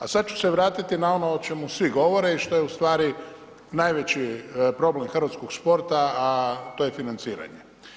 A sad ću se vratiti na ono o čemu svi govore i što je ustvari najveći problem hrvatskog sporta, a to je financiranje.